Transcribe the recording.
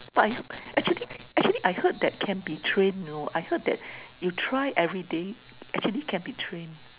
but if actually actually I heard that can be trained you know I heard that you try everyday actually can be trained